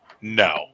no